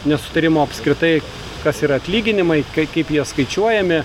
nesutarimų apskritai kas yra atlyginimai kaip jie skaičiuojami